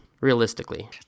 realistically